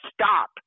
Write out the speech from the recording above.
stop